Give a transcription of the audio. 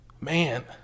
Man